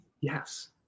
Yes